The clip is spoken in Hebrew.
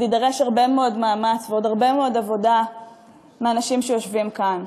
יידרשו הרבה מאוד מאמץ ועוד הרבה מאוד עבודה מהאנשים שיושבים כאן.